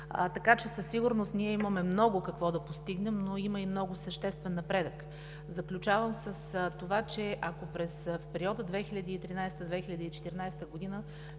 така че със сигурност ние имаме много какво да постигнем, но има и много съществен напредък. Заключавам с това, че ако в периода 2013 – 2014 г.